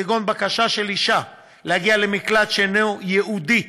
כגון בקשה של האישה להגיע למקלט שאינו ייעודי,